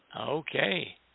Okay